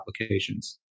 applications